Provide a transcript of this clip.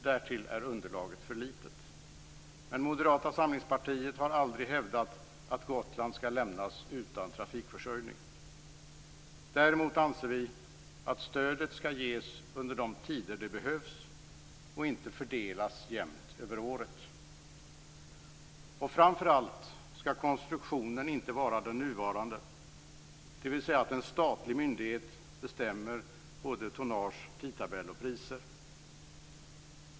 Därtill är underlaget för litet. Men Moderata samlingspartiet har aldrig hävdat att Gotland skall lämnas utan trafikförsörjning. Däremot anser vi att stödet skall ges under de tider då det behövs, inte fördelas jämnt över året. Och framför allt skall konstruktionen inte vara den nuvarande, dvs. att en statlig myndighet bestämmer både tonnage, tidtabell och priser.